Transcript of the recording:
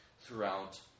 throughout